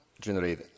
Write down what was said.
generate